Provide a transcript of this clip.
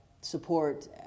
support